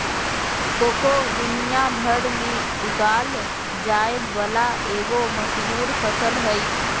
cocoa दुनिया भर में उगाल जाय वला एगो मशहूर फसल हइ